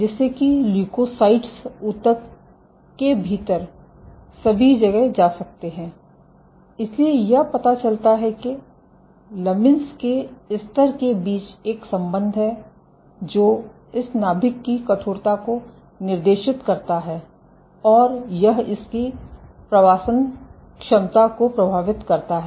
जिससे कि ल्यूकोसाइट्स ऊतक के भीतर सभी जगह जा सकते हैं इसलिए यह पता चलता है कि लमीन्स के स्तर के बीच एक संबंध है जो इस नाभिक की कठोरता को निर्देशित करता है और यह इसकी प्रवासन क्षमता को प्रभावित करता है